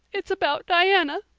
it's about diana,